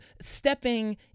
stepping